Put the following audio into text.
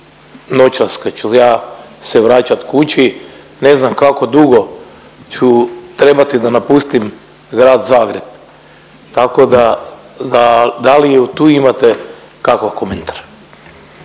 noćas kad ću ja se vraćat kući ne znam kako dugo ću trebati da napustim Grad Zagreb, tako da, da li i tu imate kakav komentar?